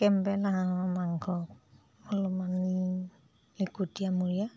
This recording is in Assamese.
কেম্বেল হাঁহৰ মাংস অলপমান লিকটীয়া মুৰীয়া